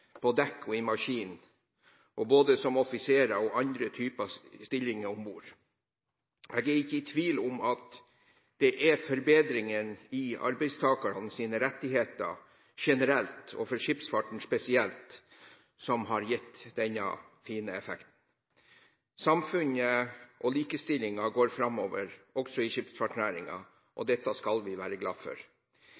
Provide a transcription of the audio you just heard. på dekk og i maskinen, og både som offiserer og i andre typer stillinger om bord. Jeg er ikke i tvil om at det er forbedringen i arbeidstakernes rettigheter generelt og for skipsfarten spesielt som har gitt denne fine effekten. Samfunnet og likestillingen går framover også i skipsfartsnæringen, og